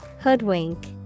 Hoodwink